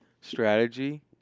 strategy